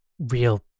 real